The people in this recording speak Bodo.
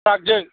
ट्राक जों